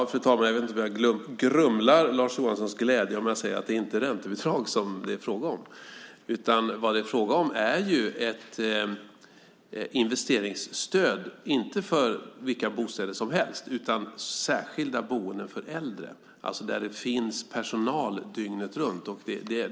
Fru talman! Jag vet inte om jag grumlar Lars Johanssons glädje om jag säger att det inte är fråga om räntebidrag. Det är fråga om ett investeringsstöd, inte för vilka bostäder som helst utan särskilda boenden för äldre där det finns personal dygnet runt.